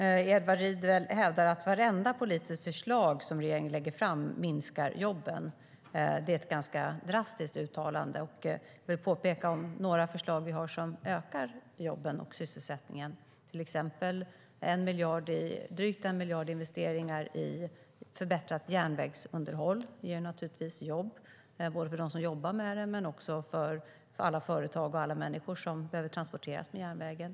Fru talman! Edward Riedl hävdar att vartenda politiskt förslag som regeringen lägger fram minskar antalet jobb. Det är ett ganska drastiskt uttalande. Låt mig räkna upp några förslag som ökar antalet jobb och sysselsättningen. Till exempel lägger vi drygt 1 miljard på investeringar i förbättrat järnvägsunderhåll. Det ger givetvis jobb för dem som arbetar med det men också för alla företag och människor som behöver transporteras med järnvägen.